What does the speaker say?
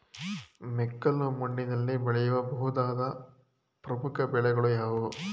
ಮೆಕ್ಕಲು ಮಣ್ಣಿನಲ್ಲಿ ಬೆಳೆಯ ಬಹುದಾದ ಪ್ರಮುಖ ಬೆಳೆಗಳು ಯಾವುವು?